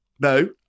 No